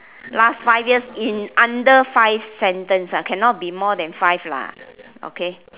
last five years in under five sentence ah cannot be more than five lah okay